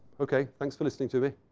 ok. thanks for listening to me.